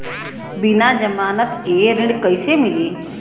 बिना जमानत के ऋण कईसे मिली?